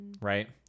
right